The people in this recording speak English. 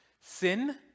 sin